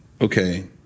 okay